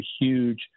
huge